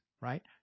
right